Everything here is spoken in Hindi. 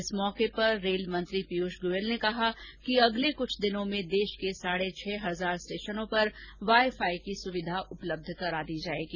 इस अवसर पर रेलमंत्री पीयूष गोयल ने कहा कि अगले कुछ दिनों में देश के साढे छह हजार स्टेशनों में वाई फाई की सुविधा उपलब्ध करा दी जायेगी